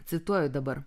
cituoju dabar